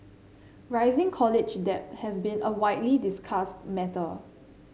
rising college debt has been a widely discussed matter